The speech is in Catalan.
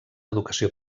educació